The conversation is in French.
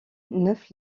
neuf